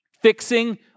fixing